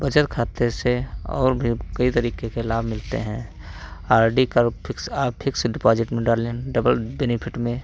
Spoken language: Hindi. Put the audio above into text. बचत खाते से और भी कई तरीके के लाभ मिलते हैं आर डी का वो फिक्स आ फिक्स डिपॉज़िट में डाल डबल बेनिफिट में